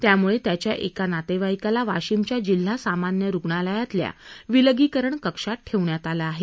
त्यामुळे त्याच्या एका नातेवाईकाला वाशिमच्या जिल्हा सामान्य रुग्णालयतल्या विलगीकरण कक्षात ठेवण्यात आलं आहे